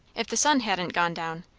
if the sun hadn't gone down,